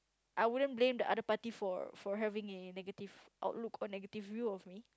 I wouldn't blame the other party for for having a negative outlook or negative view of me